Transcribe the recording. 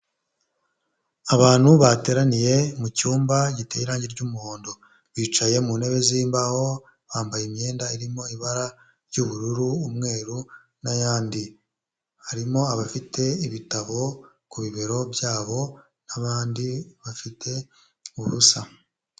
Abantu bateraniye mu cyumba giteye irangi ry'umuhondo, bicaye mu ntebe z'imbaho bambaye imyenda irimo ibara ry'ubururu, umweru n'ayandi, harimo abafite ibitabo ku bibero byabo n'abandi bafite ubusa.